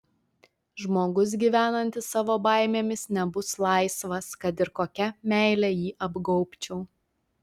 žmogus gyvenantis savo baimėmis nebus laisvas kad ir kokia meile jį apgaubčiau